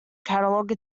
catalogue